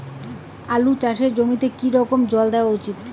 আলু চাষের জমিতে কি রকম জল দেওয়া উচিৎ?